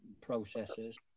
processes